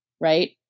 Right